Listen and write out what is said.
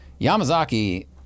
Yamazaki